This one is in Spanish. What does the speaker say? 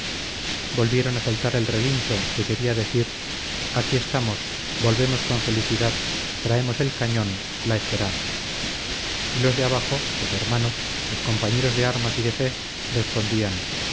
volvieron a soltar el relincho que quería decir aquí estamos volvemos con felicidad traemos el cañón la esperanza y los de abajo los hermanos los compañeros de armas y de fe respondían